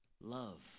love